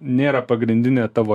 nėra pagrindinė tavo